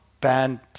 banned